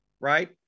Right